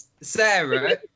Sarah